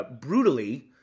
brutally